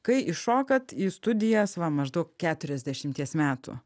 kai iššokat į studijas va maždaug keturiasdešimties metų